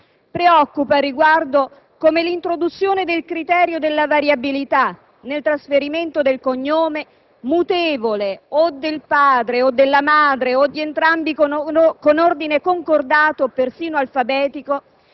Preoccupa al riguardo come l'introduzione del criterio della variabilità, nel trasferimento del cognome, mutevole - o del padre o della madre o di entrambi con ordine concordato o persino alfabetico